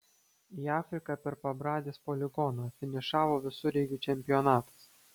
į afriką per pabradės poligoną finišavo visureigių čempionatas